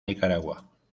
nicaragua